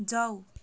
जाऊ